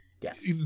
Yes